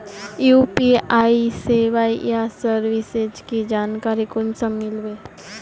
UPI सेवाएँ या services की जानकारी कुंसम मिलबे?